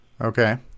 Okay